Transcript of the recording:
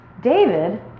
David